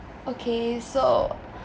okay so